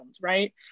right